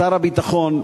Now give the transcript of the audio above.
שר הביטחון,